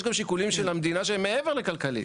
יש גם שיקולים של המדינה שהם מעבר לכלכלי,